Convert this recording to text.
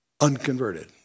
unconverted